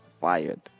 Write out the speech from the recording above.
fired